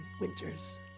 winter's